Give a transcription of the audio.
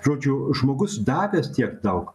žodžiu žmogus davęs tiek daug